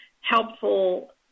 helpful